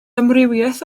amrywiaeth